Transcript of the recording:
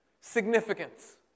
Significance